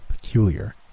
peculiar